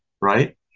right